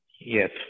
Yes